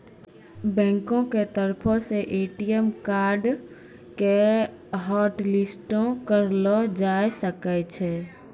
बैंको के तरफो से ए.टी.एम कार्डो के हाटलिस्टो करलो जाय सकै छै